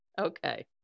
Okay